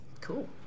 Cool